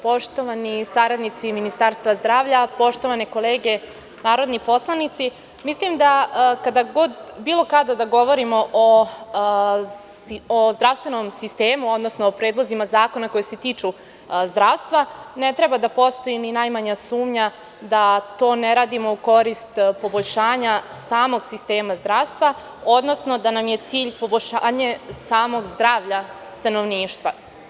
Poštovani saradnici iz Ministarstva zdravlja, poštovane kolege narodni poslanici, mislim da bilo kada da govorimo o zdravstvenom sistemu, odnosno o predlozima zakona koji se tiču zdravstva, ne treba da postoji ni najmanja sumnja da to ne radimo u korist poboljšanja samog sistema zdravstva, odnosno da nam je cilj poboljšanje samog zdravlja stanovništva.